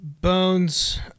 Bones